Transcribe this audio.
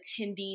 attendees